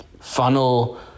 funnel